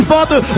Father